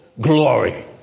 glory